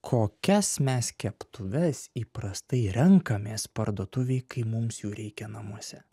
kokias mes keptuves įprastai renkamės parduotuvėj kai mums jų reikia namuose